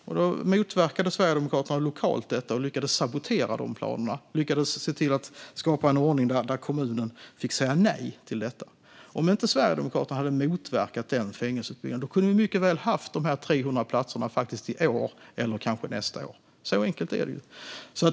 Det motverkade Sverigedemokraterna lokalt och lyckades sabotera de planerna. Man såg till att skapa en ordning där kommunen fick säga nej till detta. Om inte Sverigedemokraterna hade motverkat den fängelseutbyggnaden kunde vi mycket väl ha haft dessa 300 platser i år eller nästa år. Så enkelt är det.